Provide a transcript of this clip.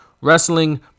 wrestling